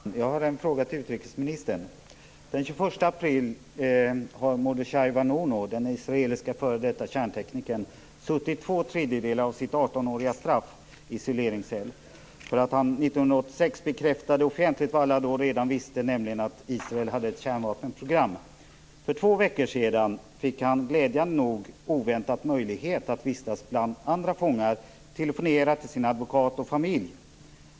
Tack fru talman! Jag har en fråga till utrikesministern. Den 21 april har Mordechai Vanunu, den israeliska f.d. kärnteknikern, suttit två tredjedelar av det 1986 offentligt bekräftade vad alla redan visste, nämligen att Israel hade ett kärnvapenprogram. För två veckor sedan fick han glädjande nog oväntat möjlighet att vistas bland andra fångar och telefonera till sin advokat och familj.